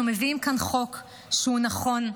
אנחנו מביאים כאן חוק שהוא נכון,